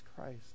Christ